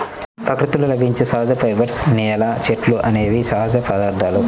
ప్రకృతిలో లభించే సహజ ఫైబర్స్, నేల, చెట్లు అనేవి సహజ పదార్థాలు